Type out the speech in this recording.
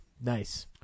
nice